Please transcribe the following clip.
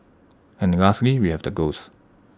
and lastly we have the ghosts